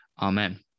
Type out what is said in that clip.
amen